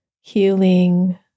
healing